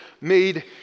made